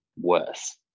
worse